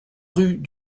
rue